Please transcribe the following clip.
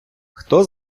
хто